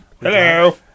Hello